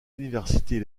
universités